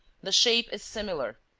the shape is similar,